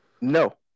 No